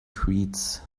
treats